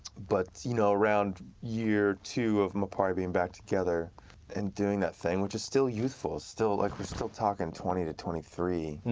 but you know around year two of mappari being back together and doing that thing, which is still youthful. like we're still talking twenty to twenty three.